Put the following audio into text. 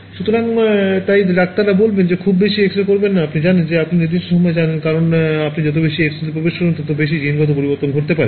সুতরাং তাই ডাক্তাররা বলবেন যে খুব বেশি এক্স রে করবেন না আপনি জানেন যে আপনি নির্দিষ্ট সময়কাল জানেন কারণ আপনি যত বেশি এক্স রেতে প্রকাশ করবেন তত বেশি জিনগত পরিবর্তন ঘটতে পারে